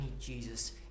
Jesus